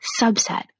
subset